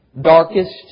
darkest